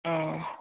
অঁ